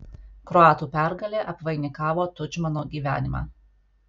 kroatų pergalė apvainikavo tudžmano gyvenimą